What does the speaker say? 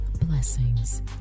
blessings